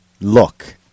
look